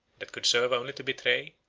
that could serve only to betray,